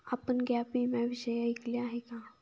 आपण गॅप विम्याविषयी ऐकले आहे का?